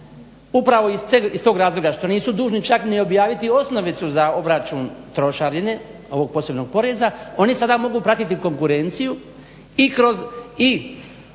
upravo iz tog razloga što nisu dužni čak ni objaviti osnovicu za obračun trošarine ovog posebnog poreza, oni mogu sada pratiti konkurenciju i kroz